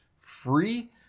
free